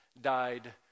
died